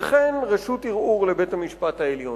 וכן רשות ערעור לבית-המשפט העליון.